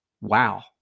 Wow